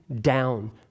down